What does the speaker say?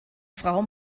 frau